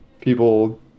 people